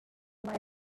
major